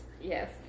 Yes